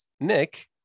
Nick